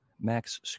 Max